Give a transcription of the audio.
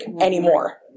anymore